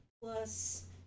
plus